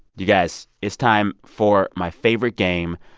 you guys, it's time for my favorite game,